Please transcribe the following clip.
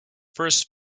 first